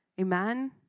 Amen